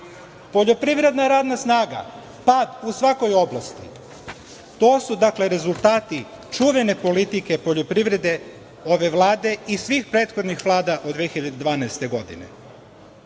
poljoprivredna radna snaga – pad u svakoj oblasti. To su, dakle, rezultati čuvene politike poljoprivrede ove Vlade i svih prethodnih Vlada od 2012. godine. Nama,